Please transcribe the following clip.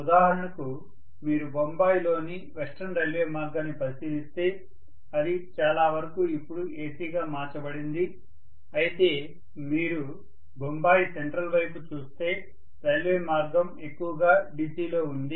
ఉదాహరణకు మీరు బొంబాయిలోని వెస్ట్రన్ రైల్వే మార్గాన్ని పరిశీలిస్తే అది చాలా వరకు ఇప్పుడు ACగా మార్చబడింది అయితే మీరు బొంబాయిలో సెంట్రల్ వైపు చూస్తే రైల్వే మార్గం ఎక్కువగా DC లో ఉంది